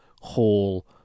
Hall